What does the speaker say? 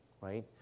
right